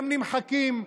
הם נמחקים.